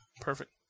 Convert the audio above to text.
Perfect